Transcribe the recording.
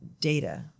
data